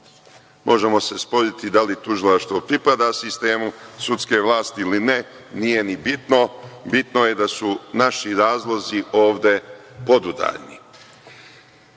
Možemo se sporiti da li tužilaštvo pripada sistemu sudske vlasti ili ne, nije ni bitno, bitno je da su naši razlozi ovde podudarni. Krenuću